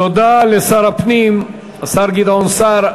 תודה לשר הפנים, השר גדעון סער.